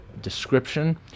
description